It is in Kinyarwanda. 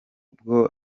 bwo